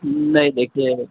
نہیں دیکھیے